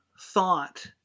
thought